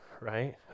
right